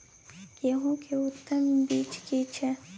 गेहूं के उत्तम बीज की छै?